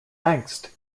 angst